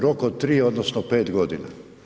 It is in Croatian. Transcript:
Rok od 3, odnosno 5 godina.